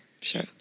Sure